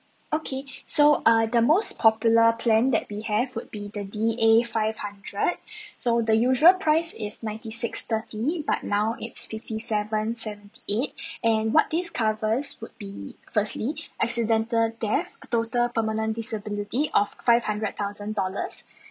okay so uh the most popular plan that we have would be the D A five hundred so the usual price is ninety six thirty but now it's fifty seven seventy eight and what this covers would be firstly accidental death total permanent disability of five hundred thousand dollars